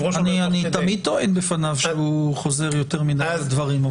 המחדל נוח להם מרובים על אלה שהוא גורם להם אי נוחות.